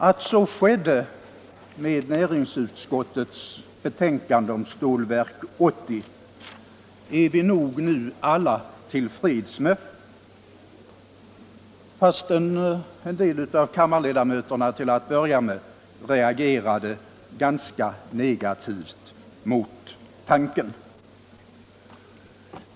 Att så skedde med näringsutskottets betänkande om Stålverk 80 är vi nog nu alla till freds med, fastän en del av kammarledamöterna till att börja med reagerade ganska negativt mot tanken.